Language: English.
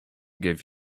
give